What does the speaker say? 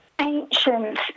ancient